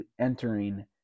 entering